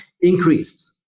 increased